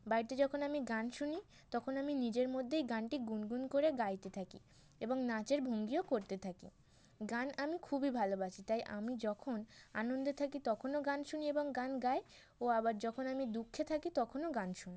বাড়িতে যখন আমি গান শুনি তখন আমি নিজের মধ্যেই গানটি গুনগুন করে গাইতে থাকি এবং নাচের ভঙ্গীও করতে থাকি গান আমি খুবই ভালোবাসি তাই আমি যখন আনন্দে থাকি তখনও গান শুনি এবং গান গাই ও আবার যখন আমি দুঃখে থাকি তখনও গান শুনি